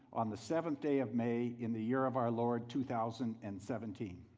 on the seventh day of may in the year of our lord two thousand and seventeen,